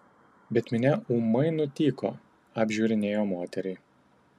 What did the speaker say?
bet minia ūmai nutyko apžiūrinėjo moterį